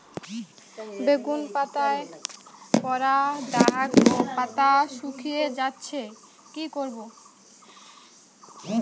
বেগুন পাতায় পড়া দাগ ও পাতা শুকিয়ে যাচ্ছে কি করব?